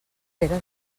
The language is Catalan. pere